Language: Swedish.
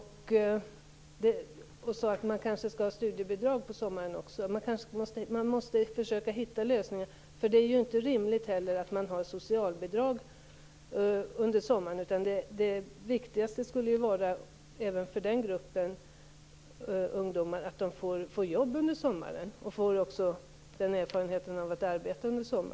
Hon sade att man kanske skall ha studiebidrag på sommaren också. Man måste försöka hitta lösningar. Det är inte rimligt att ha socialbidrag under sommaren. Det viktigaste även för den gruppen ungdomar är att de får jobb under sommaren och får erfarenhet av att arbeta.